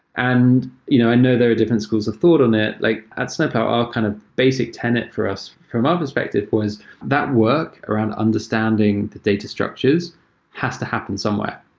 and you know i know there are different schools of thought on it. like at snowplow, our kind of basic tenant for us from our perspective was that worked around understanding the data structures has to happen somewhere.